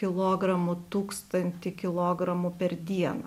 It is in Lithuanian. kilogramų tūkstantį kilogramų per dieną